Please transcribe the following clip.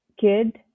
kid